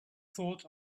thought